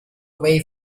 away